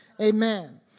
Amen